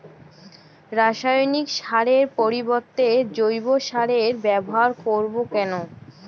রাসায়নিক সারের পরিবর্তে জৈব সারের ব্যবহার করব কেন?